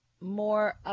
more